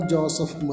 Joseph